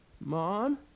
Mom